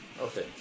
Okay